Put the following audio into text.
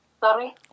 Sorry